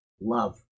love